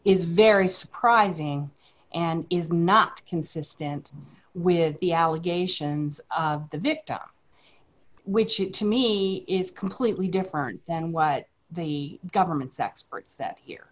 is very surprising and is not consistent with the allegations of the victim which to me is completely different than what the government's experts that he